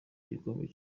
igikombe